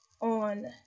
on